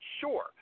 sure